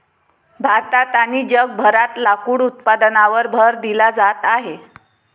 भारतात आणि जगभरात लाकूड उत्पादनावर भर दिला जात आहे